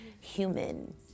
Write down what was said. human